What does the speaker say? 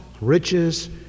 riches